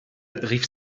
rief